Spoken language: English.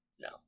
No